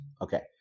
Okay